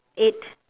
eight